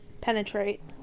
penetrate